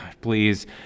please